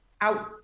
out